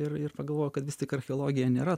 ir ir pagalvoja kad vis tik archeologija nėra